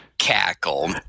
cackle